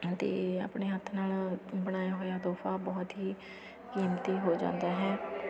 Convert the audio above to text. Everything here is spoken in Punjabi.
ਅਤੇ ਆਪਣੇ ਹੱਥ ਨਾਲ ਬਣਾਇਆ ਹੋਇਆ ਤੋਹਫਾ ਬਹੁਤ ਹੀ ਕੀਮਤੀ ਹੋ ਜਾਂਦਾ ਹੈ